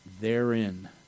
Therein